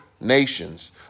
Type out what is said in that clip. nations